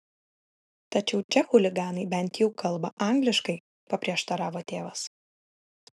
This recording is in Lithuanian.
tačiau čia chuliganai bent jau kalba angliškai paprieštaravo tėvas